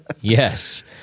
Yes